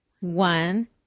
One